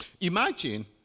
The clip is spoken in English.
Imagine